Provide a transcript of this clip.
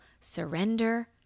surrender